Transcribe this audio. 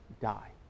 die